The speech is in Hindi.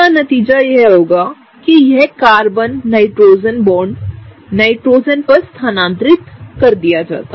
नतीजतन यह कार्बन नाइट्रोजन बॉन्ड नाइट्रोजन पर स्थानांतरित कर दिया जाता है